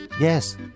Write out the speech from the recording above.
yes